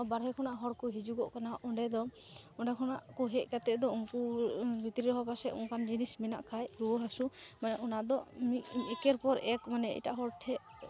ᱵᱟᱨᱦᱮ ᱠᱷᱚᱱᱟᱜ ᱦᱚᱲᱠᱚ ᱦᱤᱡᱩᱜᱚᱜ ᱠᱟᱱᱟ ᱚᱸᱰᱮᱫᱚ ᱚᱸᱰᱮ ᱠᱷᱚᱱᱟᱜᱠᱚ ᱦᱮᱡ ᱠᱟᱛᱮᱫ ᱫᱚ ᱩᱱᱠᱚ ᱵᱷᱤᱛᱨᱤ ᱨᱮᱦᱚᱸ ᱯᱟᱪᱮᱫ ᱚᱱᱠᱟᱱ ᱡᱤᱱᱤᱥ ᱢᱮᱱᱟᱜ ᱠᱷᱟᱱ ᱨᱩᱣᱟᱹᱼᱦᱟᱥᱩ ᱢᱟᱱᱮ ᱚᱱᱟᱫᱚ ᱢᱤᱫ ᱮᱠᱮᱨ ᱯᱚᱨ ᱮᱠ ᱢᱟᱱᱮ ᱮᱴᱟᱜ ᱦᱚᱲᱴᱷᱮᱱ